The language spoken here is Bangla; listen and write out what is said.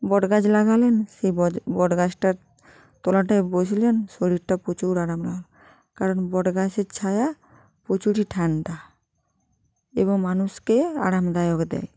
বট গাছ লাগালেন সেই বট গাছটার তলাটায় বসলেন শরীরটা প্রচুর আরাম লাগল কারণ বট গাছের ছায়া প্রচুরই ঠান্ডা এবং মানুষকে আরামদায়ক দেয়